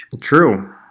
True